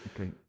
Okay